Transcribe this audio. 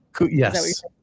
Yes